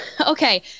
okay